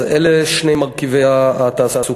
אז אלה שני מרכיבי התעסוקה.